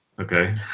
Okay